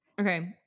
Okay